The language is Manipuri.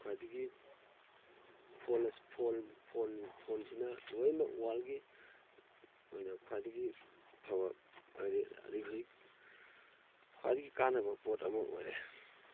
ꯈ꯭ꯋꯥꯏꯗꯒꯤ ꯐꯣꯟ ꯐꯣꯟ ꯐꯣꯟꯁꯤꯅ ꯂꯣꯏꯃꯛ ꯋꯥꯔꯜꯒꯤ ꯑꯣꯏꯅ ꯈ꯭ꯋꯥꯏꯗꯒꯤ ꯐꯕ ꯑꯗꯒꯤ ꯍꯧꯖꯤꯛ ꯈ꯭ꯋꯥꯏꯗꯒꯤ ꯀꯥꯟꯅꯕ ꯄꯣꯠ ꯑꯃ ꯑꯣꯏꯔꯦ